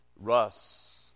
Russ